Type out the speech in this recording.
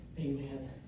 Amen